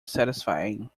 satisfying